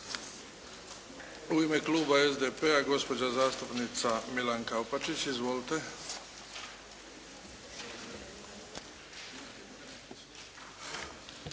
U ime kluba SDP-a, gospođa zastupnica Milanka Opačić. Izvolite.